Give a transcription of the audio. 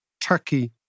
Turkey